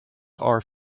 are